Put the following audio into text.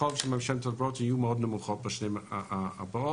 חוב יהיו מאוד נמוכות בשנים הבאות,